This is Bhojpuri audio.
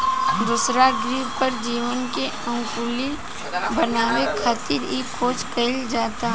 दोसरा ग्रह पर जीवन के अनुकूल बनावे खातिर इ खोज कईल जाता